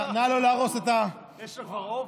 נא לא להרוס את, אדוני הבוס.